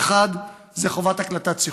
האחד זה חובת הקלטת שיחות.